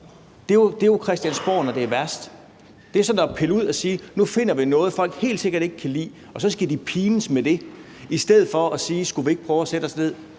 Det er jo Christiansborg, når det er værst. Det er sådan at pille noget ud og sige: Nu finder vi noget, folk helt sikkert ikke kan lide, og så skal de pines med det. I stedet for at man sagde: Skulle vi ikke prøve at sætte os ned,